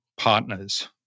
partners